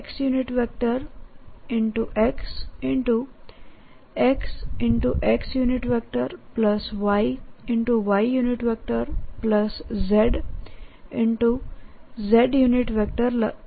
x x x x y y z z r5 લખી શકું છું